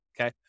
Okay